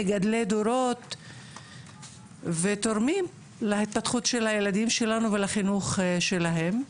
מגדלי דורות ותורמים להתפתחות של הילדים שלנו ולחינוך שלהם.